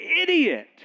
idiot